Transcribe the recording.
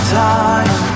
time